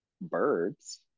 birds